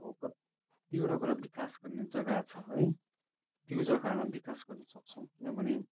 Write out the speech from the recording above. अब कत्तिवटा कुरा विकास गर्ने जग्गा छ है त्यो जग्गाहरूमा विकास गर्न सक्छौँ किनभने